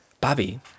Bobby